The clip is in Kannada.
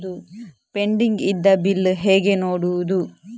ಪೆಂಡಿಂಗ್ ಇದ್ದ ಬಿಲ್ ಹೇಗೆ ನೋಡುವುದು?